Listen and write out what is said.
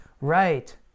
Right